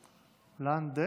לנדֶה.